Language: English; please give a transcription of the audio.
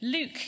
Luke